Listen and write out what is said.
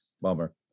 Bummer